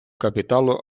капіталу